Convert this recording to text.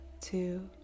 two